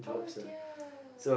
oh dear